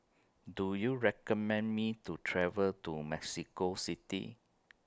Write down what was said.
Do YOU recommend Me to travel to Mexico City